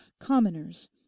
commoners